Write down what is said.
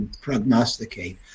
prognosticate